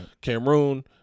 Cameroon